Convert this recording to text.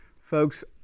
Folks